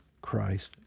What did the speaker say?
Christ